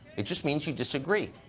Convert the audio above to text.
it just means you disagree.